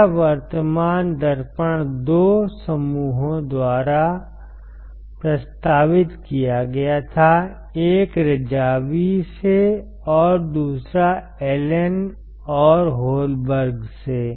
यह वर्तमान दर्पण 2 समूहों द्वारा प्रस्तावित किया गया था एक रज़ावी से और दूसरा एलन और होलबर्ग से